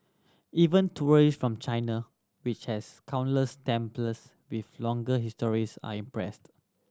even tourist from China which has countless temples with longer histories are impressed